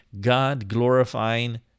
God-glorifying